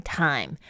time